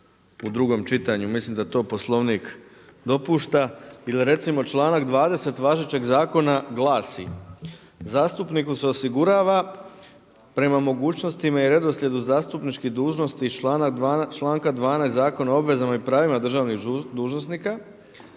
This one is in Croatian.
u drugom čitanju, mislim da to Poslovnik dopušta i da recimo članak 20. važećeg zakona glasi „Zastupniku se osigurava prema mogućnostima i redoslijedu zastupničkih dužnosti iz članka 12. Zakona o obvezama i pravima državnih dužnosnika